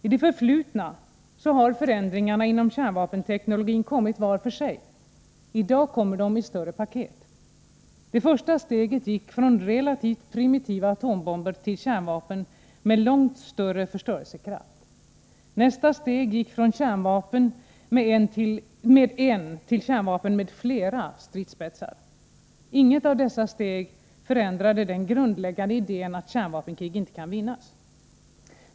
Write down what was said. I det förflutna har förändringarna inom kärnvapenteknologin kommit var för sig. I dag kommer de i större paket. Det första steget gick från relativt primitiva atombomber till kärnvapen med långt större förstörelsekraft. Nästa steg gick från kärnvapen med en stridsspets till kärnvapen med flera stridsspetsar. Inget av dessa steg förändrade den grundläggande idén att kärnvapenkrig inte kan vinnas.